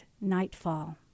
nightfall